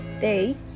day